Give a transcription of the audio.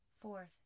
fourth